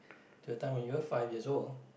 to the time when you were five years old